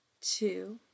Two